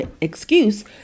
excuse